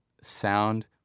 sound